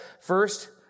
First